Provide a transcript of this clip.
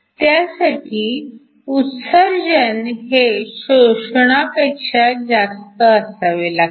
त्यासाठी उत्सर्जन हे शोषणापेक्षा जास्त असावे लागते